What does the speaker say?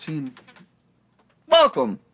Welcome